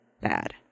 bad